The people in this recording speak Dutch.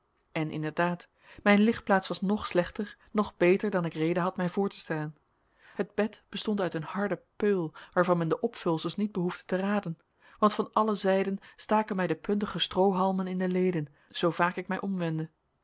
en inderdaad mijn ligplaats was noch slechter noch beter dan ik reden had mij voor te stellen het bed bestond uit een harde peul waarvan men de opvulsels niet behoefde te raden want van alle zijden staken mij de puntige stroohalmen in de leden zoo vaak ik mij omwendde